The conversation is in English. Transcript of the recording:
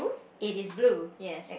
it is blue yes